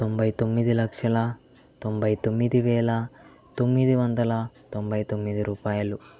తొంభై తొమ్మిది లక్షల తొంభై తొమ్మిది వేల తొమ్మిది వందల తొంభై తొమ్మిది రూపాయలు